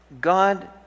god